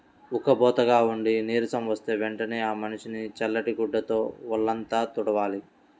ఉక్కబోతగా ఉండి నీరసం వస్తే వెంటనే ఆ మనిషిని చల్లటి గుడ్డతో వొళ్ళంతా తుడవాలి